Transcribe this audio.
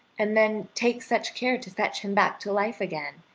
and then take such care to fetch him back to life again,